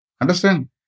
Understand